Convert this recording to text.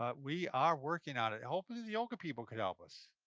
ah we are working on it. hopefully the yoga people could help us.